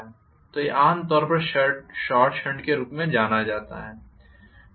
तो यह आमतौर पर शॉर्ट शंट के रूप में जाना जाता है